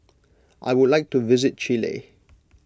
I would like to visit Chile